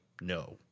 no